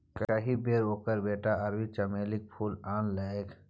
एहि बेर ओकर बेटा अरबी चमेलीक फूल आनलकै